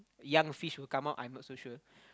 young fish will come out I'm not so sure